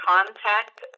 Contact